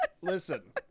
listen